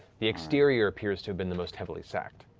the exterior appears to have been the most heavily sacked.